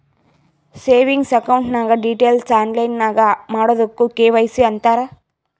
savings account ನಾಗ್ details online ನಾಗ್ ಮಾಡದುಕ್ ಕೆ.ವೈ.ಸಿ ಅಂತಾರ್